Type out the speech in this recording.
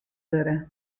wurde